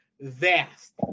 Vast